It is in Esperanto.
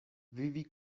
vivi